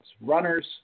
Runners